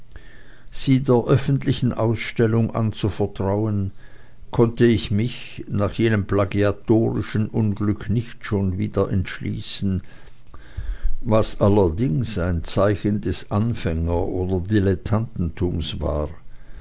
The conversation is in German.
sie der öffentlichen ausstellung anzuvertrauen konnte ich mich nach jenem plagiatorischen unglück nicht schon wieder entschließen was allerdings ein zeichen des anfänger oder dilettantentumes war